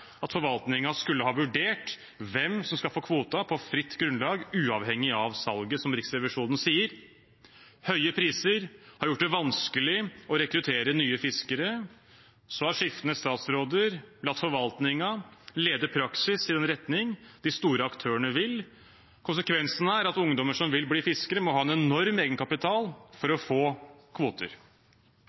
at forvaltningen skulle ha vurdert hvem som skal få kvoten på fritt grunnlag, uavhengig av salget. Som Riksrevisjonen sier: Høye priser har gjort det vanskelig å rekruttere nye fiskere. Skiftende statsråder har latt forvaltningen lede praksisen i den retningen som de store aktørene vil. Konsekvensen er at ungdommer som vil bli fiskere, må ha en enorm egenkapital for å få kvoter.